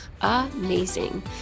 amazing